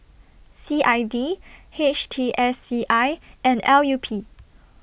C I D H T S C I and L U P